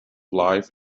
life